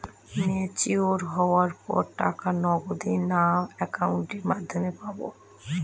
Mature হওয়ার পর টাকা নগদে না অ্যাকাউন্টের মাধ্যমে পাবো?